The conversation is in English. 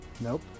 Nope